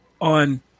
on